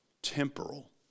temporal